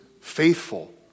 faithful